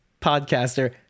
podcaster